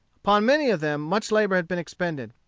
upon many of them much labor had been expended.